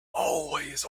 always